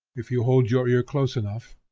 if you hold your ear close enough,